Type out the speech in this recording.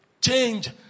change